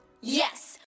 Yes